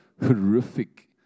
horrific